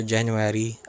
January